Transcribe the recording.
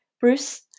Bruce